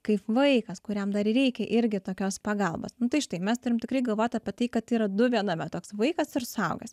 kaip vaikas kuriam dar reikia irgi tokios pagalbos tai štai mes turim tikrai galvot apie tai kad tai yra du viename toks vaikas ar suaugęs